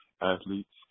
athletes